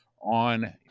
on